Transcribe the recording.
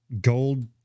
gold